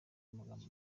amagambo